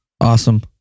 Awesome